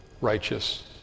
righteous